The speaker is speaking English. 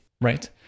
Right